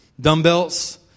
dumbbells